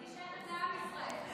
אני שייכת לעם ישראל.